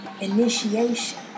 initiation